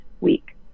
week